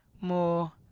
more